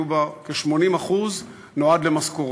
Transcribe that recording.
כ-80% נועד למשכורות.